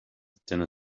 dinner